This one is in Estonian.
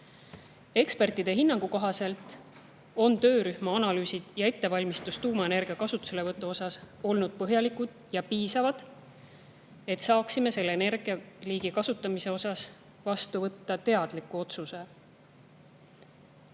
Ekspertide hinnangu kohaselt on töörühma analüüsid ja ettevalmistus tuumaenergia kasutuselevõtuks olnud põhjalikud ja piisavad, et saaksime võtta seda liiki energia kasutamise kohta vastu teadliku otsuse.